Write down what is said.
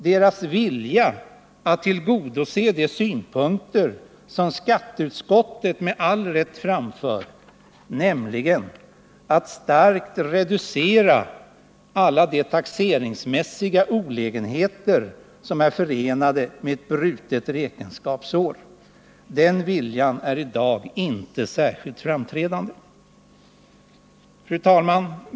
Deras vilja att tillgodose de synpunkter som skatteutskottet med all rätt framför, nämligen att man skall starkt reducera alla de taxeringsmässiga olägenheter som är förenade med ett brutet räkenskapsår, är i dag inte särskilt framträdande. Fru talman!